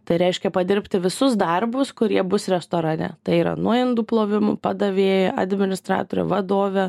tai reiškia padirbti visus darbus kurie bus restorane tai yra nuo indų plovimo padavėja administratorė vadovė